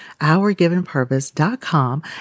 OurGivenPurpose.com